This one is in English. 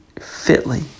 fitly